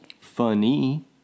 Funny